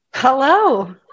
hello